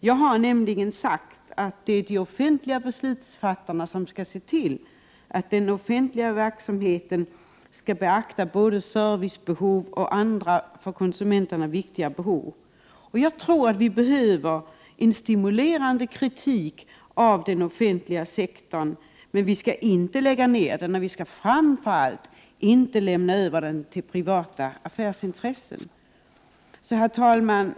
Jag har nämligen sagt att det är de offentliga beslutsfattarna som skall se till att den offentliga verksamheten skall beakta både servicebehov och andra för konsumenterna viktiga behov. 93 Jag tror att vi behöver en stimulerande kritik av den offentliga sektorn, men vi skall ju inte lägga ned den. Framför allt skall vi inte lämna över den till privata affärsintressen. Herr talman!